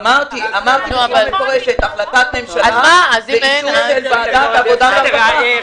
אמרתי את זה מפורשות: החלטת ממשלה באישור של ועדת עבודה ורווחה.